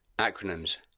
Acronyms